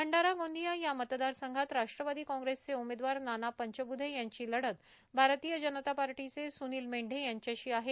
भंडारा गोंदिया या मतदारसंघात राष्ट्रवादी कांग्रेसचे उमेदवार नाना पंचब्धे यांची लढत भारतीय जनता पक्षाचे सुनिल मेंढे यांच्याशी आहे